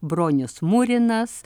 bronius murinas